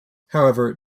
however